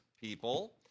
people